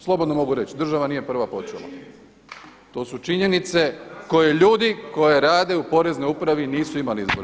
Slobodno mogu reći država nije prva počela, to su činjenice koje ljudi koje rade u Poreznoj upravi nisu imali izbora.